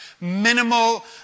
minimal